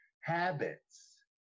habits